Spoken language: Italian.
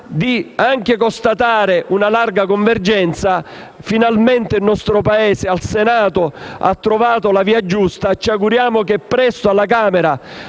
anche una larga convergenza, finalmente il nostro Paese al Senato ha trovato la via giusta. Ci auguriamo che la Camera